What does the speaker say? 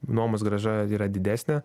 nuomos grąža yra didesnė